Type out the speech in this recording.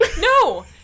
No